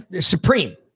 Supreme